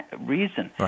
reason